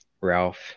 Ralph